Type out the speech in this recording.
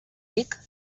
vic